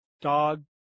dog